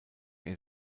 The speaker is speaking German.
ihr